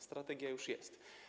Strategia już jest.